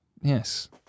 yes